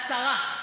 עשרה.